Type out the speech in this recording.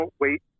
wait